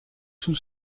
sul